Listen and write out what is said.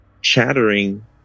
chattering